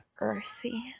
earthy